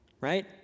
Right